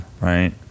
right